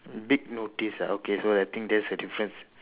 big notice ah okay so I think that's a difference